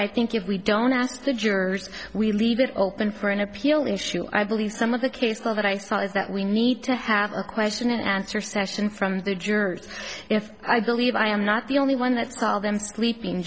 i think if we don't ask the jurors we leave it open for an appeal issue i believe some of the case that i saw is that we need to have a question and answer session from the jurors if i believe i am not the only one that's call them sleeping